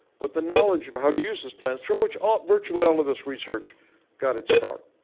but the knowledge of how to use these plants from which all virtually all this research got it's start.